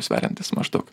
sveriantys maždaug